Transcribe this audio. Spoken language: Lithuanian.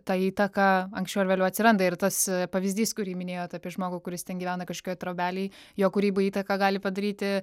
ta įtaka anksčiau ar vėliau atsiranda ir tas pavyzdys kurį minėjot apie žmogų kuris ten gyvena kažkokioj trobelėj jo kūrybai įtaką gali padaryti